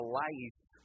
life